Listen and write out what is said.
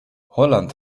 holland